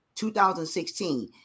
2016